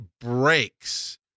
breaks